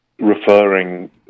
referring